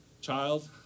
child